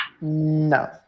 No